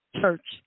church